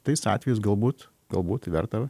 tais atvejais galbūt galbūt verta